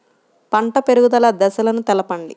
పంట పెరుగుదల దశలను తెలపండి?